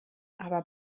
aber